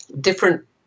different